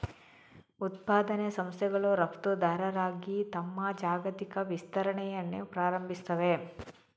ಉತ್ಪಾದನಾ ಸಂಸ್ಥೆಗಳು ರಫ್ತುದಾರರಾಗಿ ತಮ್ಮ ಜಾಗತಿಕ ವಿಸ್ತರಣೆಯನ್ನು ಪ್ರಾರಂಭಿಸುತ್ತವೆ